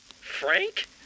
Frank